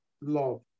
love